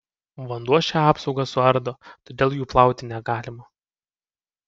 vanduo šią apsaugą suardo todėl jų plauti negalima